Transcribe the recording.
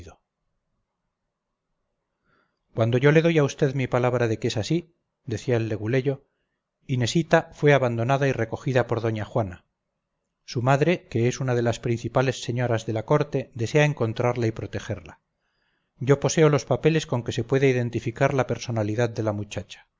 cuando yo le doy a vd mi palabra de que esasí decía el leguleyo inesita fue abandonada y recogida por doña juana su madre que es una de las principales señoras de la corte desea encontrarla y protegerla yo poseo los papeles con que se puede identificar la personalidad de la muchacha